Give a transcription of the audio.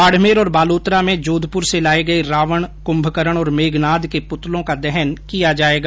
बाडमेर और बालोतरा में जोधपुर से लाये गये रावण कृम्भकरण और मेघनाथ के पुतलों का दहन किया जायेगा